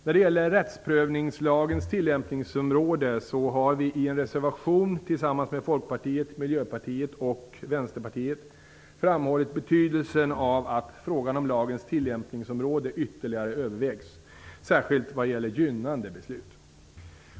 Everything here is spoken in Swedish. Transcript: När det gäller rättsprövningslagens tillämpningsområde har vi i en reservation tillsammans med Folkpartiet, Miljöpartiet och Vänsterpartiet framhållit betydelsen av att frågan om lagens tillämpningsområde ytterligare övervägs, särskilt vad gäller gynnande beslut.